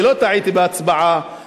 אני לא טעיתי בהצעה שלשום,